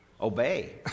obey